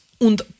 und